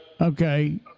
Okay